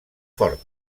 fortes